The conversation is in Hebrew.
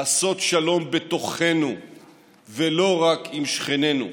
לעשות שלום בתוכנו ולא רק עם שכנינו,